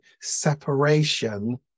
separation